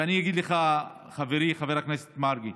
ואני אגיד לך, חברי חבר הכנסת מרגי,